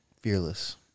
Fearless